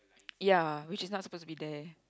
ya which is not supposed to be there